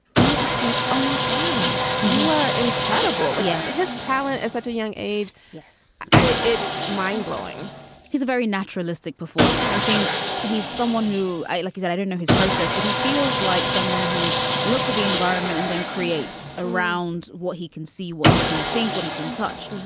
i was just like, oh, my god, you are incredible. yeah. his talent is such a young age. yes. it's mind-blowing he's a very naturalistic performer. i think he's someone who i like. and i don't know his process, but he feels like someone who looks at the environment and then creates around what he can see, what he can think, what he can touch.